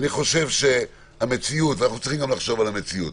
צריך גם לחשוב על המציאות.